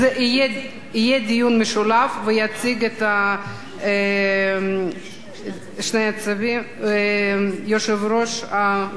יהיה דיון משולב ויציג את שני הצווים יושב-ראש ועדת הכספים,